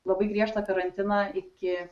labai griežtą karantiną iki